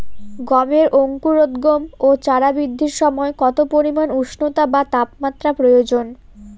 গমের অঙ্কুরোদগম ও চারা বৃদ্ধির সময় কত পরিমান উষ্ণতা বা তাপমাত্রা প্রয়োজন?